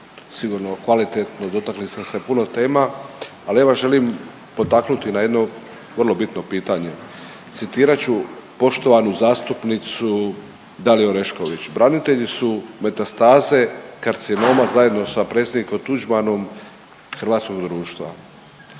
sigurno kvalitetno, dotakli ste se puno tema, ali evo želim potaknuti na jedno vrlo bitno pitanje. Citirat ću poštovanu zastupnicu Daliju Orešković, branitelji su metastaze karcinoma zajedno sa predsjednikom Tuđmanom hrvatskog društva.